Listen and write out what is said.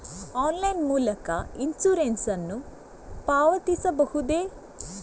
Online ಮೂಲಕ insurance ನ್ನು ಪಾವತಿಸಬಹುದೇ?